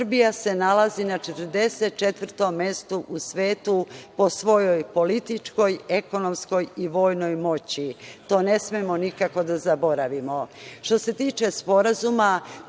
Srbija se nalazi na 44 mestu u svetu po svojoj političkoj, ekonomskoj i vojnoj moći. To ne smemo nikako da zaboravimo. Što